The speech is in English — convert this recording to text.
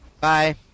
Bye